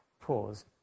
pause